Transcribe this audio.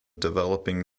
developing